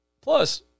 Plus